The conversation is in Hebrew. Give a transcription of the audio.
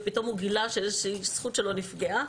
ופתאום הוא גילה שזכות שלו נפגעה,